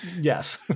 yes